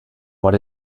but